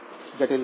जटिलता है